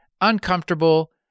uncomfortable